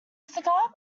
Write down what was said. cigar